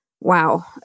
wow